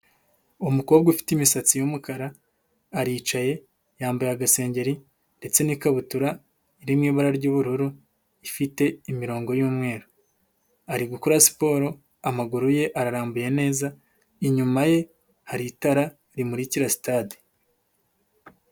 Umukobwa ufite imisatsi y'umukara aricaye, yambaye agasengeri ndetse n'ikabutura iri mu ibara ry'ubururu ifite imirongo y'umweru, ari gukora siporo, amaguru ye ararambuye neza, inyuma ye hari itara rimurikira sitade.